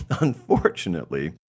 unfortunately